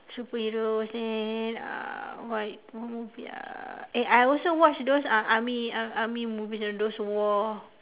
superhero then uh what movie uh eh I also watch those uh army uh army movies you know those war